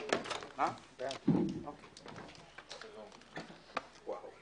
11:15.